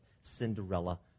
Cinderella